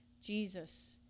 Jesus